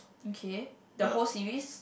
okay the whole series